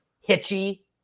hitchy